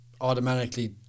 automatically